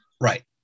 right